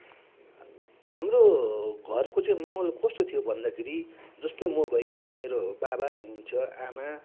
हाम्रो घरको चाहिँ माहौल कस्तो थियो भन्दाखेरि जस्तै म भइगएँ मेरो बाबा हुनुहुन्छ आमा